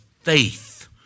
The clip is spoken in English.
faith